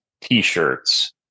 t-shirts